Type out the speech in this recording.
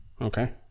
okay